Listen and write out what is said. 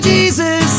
Jesus